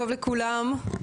שלום לכולם,